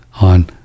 on